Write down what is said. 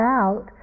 out